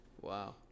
Wow